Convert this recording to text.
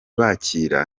bakira